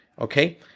okay